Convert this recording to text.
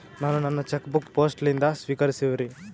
ನಾನು ನನ್ನ chequebook post ಲಿಂದ ಸ್ವೀಕರಿಸಿವ್ರಿ